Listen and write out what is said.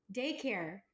daycare